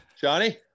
Johnny